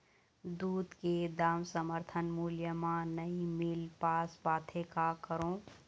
दूध के दाम समर्थन मूल्य म नई मील पास पाथे, का करों?